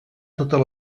totes